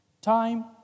time